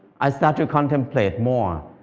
i started to contemplate more.